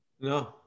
No